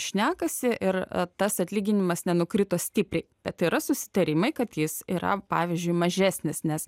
šnekasi ir tas atlyginimas nenukrito stipriai bet yra susitarimai kad jis yra pavyzdžiui mažesnis nes